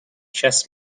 chess